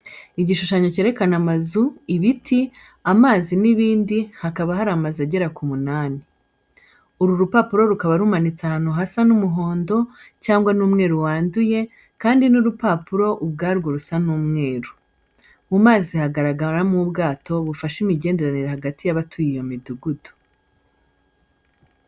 Igishushanyo cyerekana amazu, ibiti, amazi n'ibindi hakaba hari amazu agera k'umunani. Uru rupapuro rukaba rumanitse ahantu hasa na n'umuhondo cyangwa n'umweru wanduye, kandi n'urupapuro ubwarwo rusa n'umweru. Mu mazi hagaragaramo ubwato bufasha imigenderanire hagati y'abatuye iyo midugudu.